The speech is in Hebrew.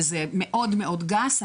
וזה מאוד מאוד גס,